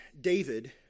David